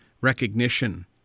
recognition